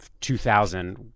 2000